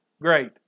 great